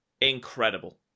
incredible